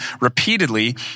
repeatedly